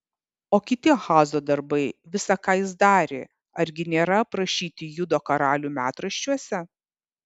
o kiti ahazo darbai visa ką jis darė argi nėra aprašyti judo karalių metraščiuose